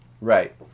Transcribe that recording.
Right